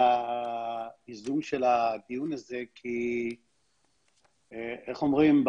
על ההזדמנות של הדיון הזה כי איך אומרים?